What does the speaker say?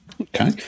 Okay